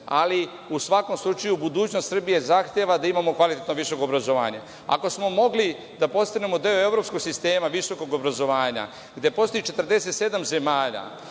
U svakom slučaju, budućnost Srbije zahteva da imamo kvalitetno visoko obrazovanje. Ako smo mogli da postanemo deo evropskog sistema visokog obrazovanja, gde postoji 47 zemalja